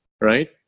Right